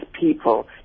people